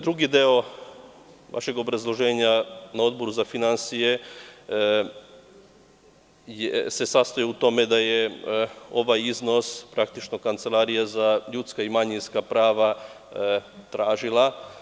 Drugi deo vašeg obrazloženja na Odboru za finansije se sastoji u tome da je ovaj iznos praktično Kancelarije za ljudska i manjinska prava tražila.